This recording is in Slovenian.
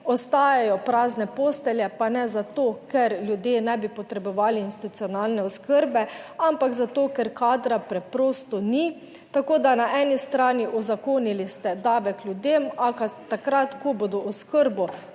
ostajajo prazne postelje, pa ne zato, ker ljudje ne bi potrebovali institucionalne oskrbe, ampak zato, ker kadra preprosto ni. Tako, da na eni strani uzakonili ste davek ljudem, a takrat, ko bodo oskrbo